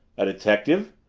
a detective?